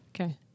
Okay